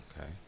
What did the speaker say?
Okay